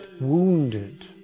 wounded